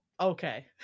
okay